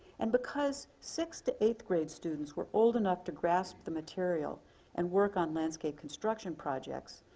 and because sixth to eighth grade students were old enough to grasp the material and work on landscape construction projects,